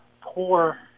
poor